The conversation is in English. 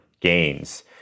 gains